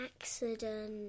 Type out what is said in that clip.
accident